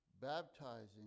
baptizing